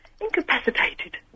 incapacitated